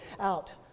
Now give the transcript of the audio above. out